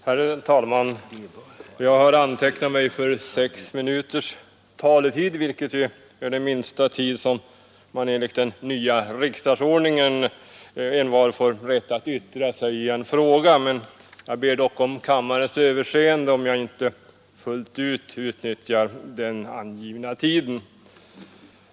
Herr talman! Jag har antecknat mig för sex minuters taletid, vilket är den tid som envar enligt 2 kap. 14 8 i den nya riksdagsordningen får rätt att yttra sig i en fråga. Jag ber dock om kammarens överseende, om jag inte fullt ut utnyttjar den angivna tiden.